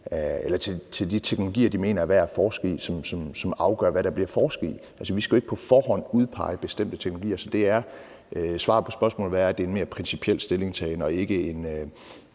det til de teknologier, de mener er værd at forske i, som afgør, hvad der bliver forsket i. Altså, vi skal jo ikke på forhånd udpege bestemte teknologier. Så svaret på spørgsmålet er, at det er en mere principiel stillingtagen og ikke,